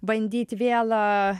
bandyti vėl